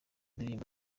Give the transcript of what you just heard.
indirimbo